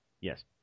Yes